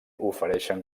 ofereixen